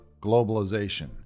Globalization